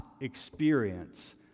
experience